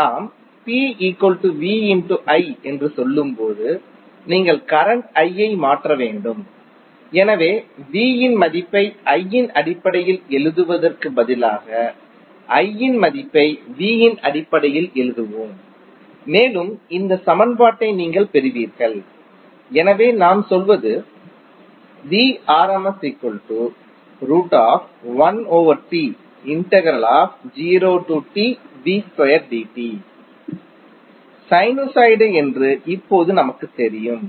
நாம் என்று சொல்லும்போது நீங்கள் கரண்ட் i ஐ மாற்ற வேண்டும் எனவே v இன் மதிப்பை i இன் அடிப்படையில் எழுதுவதற்கு பதிலாக i இன் மதிப்பை v இன் அடிப்படையில் எழுதுவோம் மேலும் இந்த சமன்பாட்டை நீங்கள் பெறுவீர்கள் எனவே நாம் சொல்வது சைனுசாய்டு என்று இப்போது நமக்குத் தெரியும்